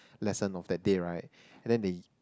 lesson of that day right and then they